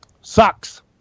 Sucks